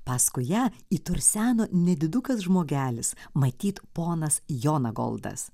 paskui ją įturseno nedidukas žmogelis matyt ponas jonagoldas